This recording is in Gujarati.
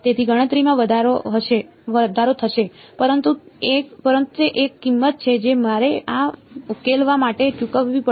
તેથી ગણતરીમાં વધારો થશે પરંતુ તે એક કિંમત છે જે મારે આ ઉકેલવા માટે ચૂકવવી પડશે